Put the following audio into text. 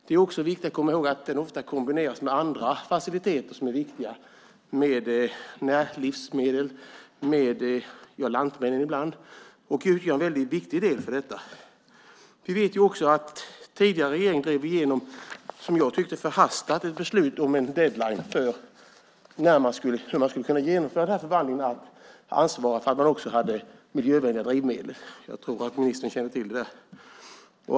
Det är också viktigt att komma ihåg att den ofta kombineras med andra faciliteter som är viktiga - närlivsmedel, lantbrevbärare - och utgör en väldigt viktig del för detta. Vi vet också att tidigare regering drev igenom, som jag tyckte, förhastade beslut om en deadline för att kunna genomföra förhandlingen om ansvaret för att också ha miljövänliga drivmedel. Jag tror att ministern känner till det.